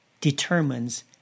determines